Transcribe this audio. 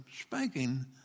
spanking